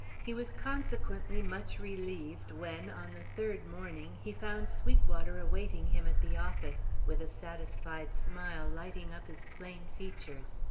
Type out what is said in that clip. he was consequently much relieved when, on the third morning, he found sweetwater awaiting him at the office, with a satisfied smile lighting up his plain features.